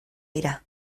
dira